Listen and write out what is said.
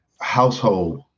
household